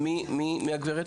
מי הגברת?